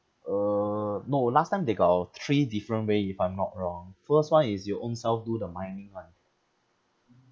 uh no last time they got uh three different way if I'm not wrong first one is your ownself do the mining [one]